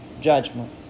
judgment